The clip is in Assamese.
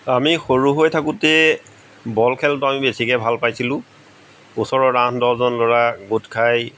আমি সৰু হৈ থাকোতে বল খেলটো আমি বেছিকৈ ভাল পাইছিলো ওচৰৰ আঠ দহজন ল'ৰা গোট খাই